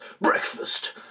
BREAKFAST